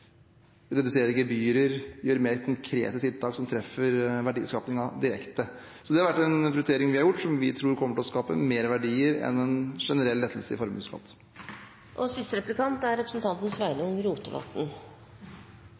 redusere gebyrer og gjøre mer konkrete tiltak som treffer verdiskapingen direkte. Det har vært en prioritering vi har gjort, noe vi tror kommer til å skape mer verdier enn en generell lettelse i formuesskatt.